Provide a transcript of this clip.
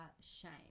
shame